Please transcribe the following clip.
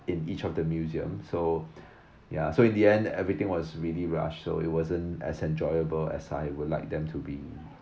in each of the museum so ya so in the end everything was really rush so it wasn't as enjoyable as I would like them to be